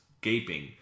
gaping